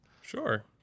Sure